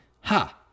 Ha